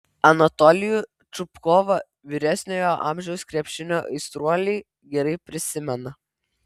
anatolijų čupkovą vyresniojo amžiaus krepšinio aistruoliai gerai prisimena